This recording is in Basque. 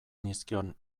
nizkion